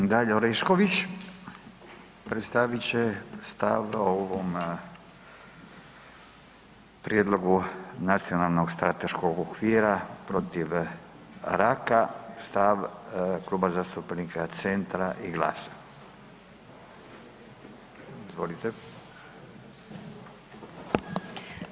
Gospođa Dalija Orešković, predstavit će stav o ovom Prijedlogu Nacionalnog strateškog okvira protiv raka, stav Kluba zastupnika Centra i GLAS-a.